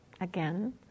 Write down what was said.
Again